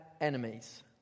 enemies